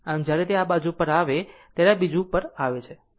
આમ જ્યારે તે આ બાજુ આવે ત્યારે આ બાજુ આવે છે